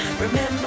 remember